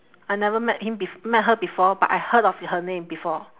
I never met him bef~ met her before but I heard of her name before